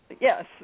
yes